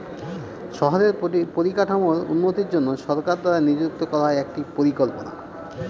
শহরের পরিকাঠামোর উন্নতির জন্য সরকার দ্বারা নিযুক্ত করা হয় একটি পরিকল্পনা